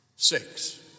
Six